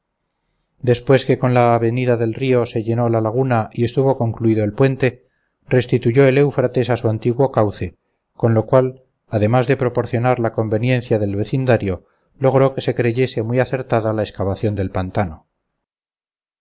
después que con la avenida del río se llenó la laguna y estuvo concluido el puente restituyó el eufrates a su antiguo cauce con lo cual además de proporcionar la conveniencia del vecindario logró que se creyese muy acertada la excavación del pantano